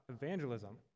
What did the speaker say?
evangelism